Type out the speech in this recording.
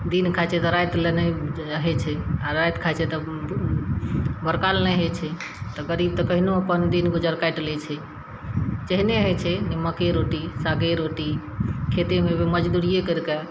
दिन खाइ छै तऽ राति लए नहि होइ छै आओर राति खाइ छै तऽ भोरका लए नहि होइ छै तऽ गरीब तऽ कहिनो अपन दिन गुजर काटि लै छै जेहने होइ छै निमके रोटी सागे रोटी खेतेमे मजदूरिये करिकऽ